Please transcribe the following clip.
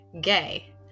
gay